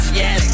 yes